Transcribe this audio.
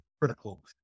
critical